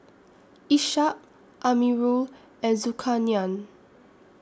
Ishak Amirul and Zulkarnain